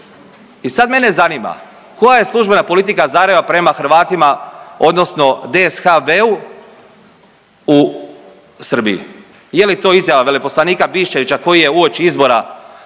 I sad mene zanima koja je službena politika Zagreba prema Hrvatima odnosno DSHV-u u Srbiji. Je li to izjava veleposlanika Biščevića koji je u uoči izbora optužio